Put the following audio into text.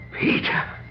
Peter